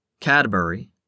Cadbury